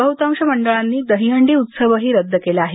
बह्तांश मंडळांनी दहीहंडी उत्सवही रद्द केला आहे